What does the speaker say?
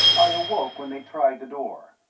i awoke when they tried the door.